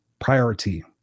priority